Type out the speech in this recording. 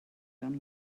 done